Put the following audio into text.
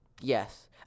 Yes